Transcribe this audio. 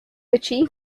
achieve